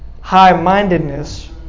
high-mindedness